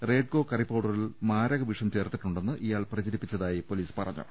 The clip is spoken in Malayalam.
റെയ്ഡ്കോ കറി പൌഡറിൽ മാരകവിഷം ചേർത്തിട്ടുണ്ടെന്ന് ഇയാൾ പ്രചരിപ്പിച്ചതായി പൊലീസ് പറഞ്ഞു